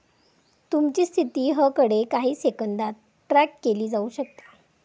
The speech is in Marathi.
तुमची स्थिती हकडे काही सेकंदात ट्रॅक केली जाऊ शकता